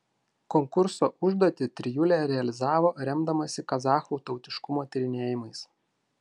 konkurso užduotį trijulė realizavo remdamasi kazachų tautiškumo tyrinėjimais